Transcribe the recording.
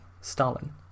Stalin